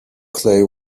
clay